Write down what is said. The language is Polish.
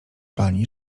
pani